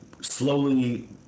slowly